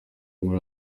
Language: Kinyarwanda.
muri